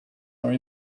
are